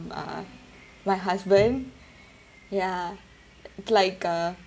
uh my husband ya like a